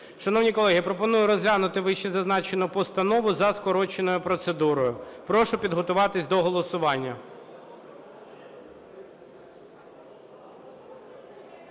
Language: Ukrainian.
Шановні колеги, я пропоную розглянути вищезазначену постанову за скороченою процедурою. Прошу підготуватись до голосування.